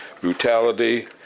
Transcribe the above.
brutality